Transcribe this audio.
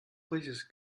places